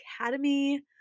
Academy